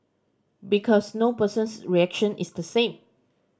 because no person's reaction is the same